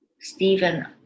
Stephen